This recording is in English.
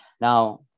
Now